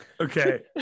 Okay